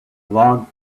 log